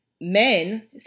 men